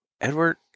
Edward